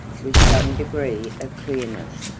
with some degree of clearness,